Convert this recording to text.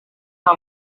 nta